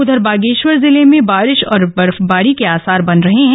उधर बागेश्वर जिले भें बारिश और बर्फबारी के आसार बन रहे हैं